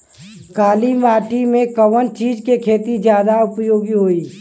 काली माटी में कवन चीज़ के खेती ज्यादा उपयोगी होयी?